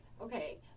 Okay